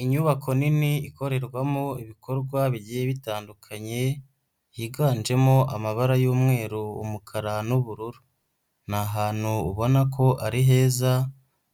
Inyubako nini ikorerwamo ibikorwa bigiye bitandukanye higanjemo amabara y'umweru, umukara n'ubururu, ni ahantu ubona ko ari heza